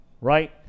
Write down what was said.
right